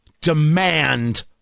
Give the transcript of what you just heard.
demand